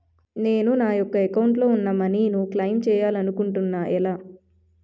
నేను నా యెక్క అకౌంట్ లో ఉన్న మనీ ను క్లైమ్ చేయాలనుకుంటున్నా ఎలా?